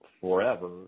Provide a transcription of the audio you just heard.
forever